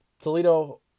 Toledo